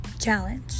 challenge